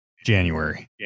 January